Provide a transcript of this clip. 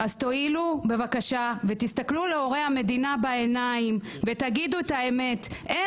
בואו ותסתכלו להורי המדינה בעיניים ותגידו: "אין